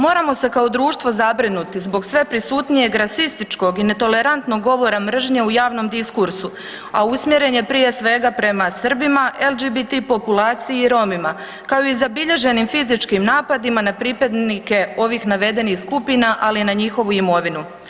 Moramo se kao društvo zabrinuto zbog sve prisutnijeg rasističkog i netolerantnog govora mržnje u javnom diskursu a usmjeren je prije svega prema Srbima, LGBT populaciji i Romima kao i u zabilježen fizičkim napadima na pripadnike ovih navedenih skupina ali i na njihovu imovinu.